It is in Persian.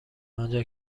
آنجا